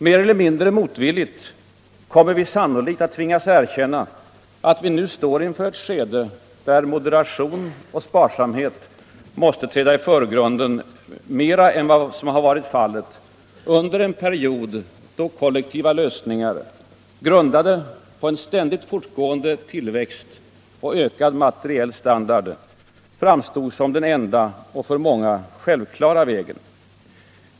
Mer eller mindre motvilligt kommer vi sannolikt att tvingas erkänna att vi nu står inför ett skede där moderation och sparsamhet måste träda i förgrunden mer än som varit fallet under en period då kollektiva lösningar, grundade på en ständigt fortgående tillväxt och ökad materiell standard, framstått som den enda och för många självklara vägen.